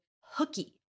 hooky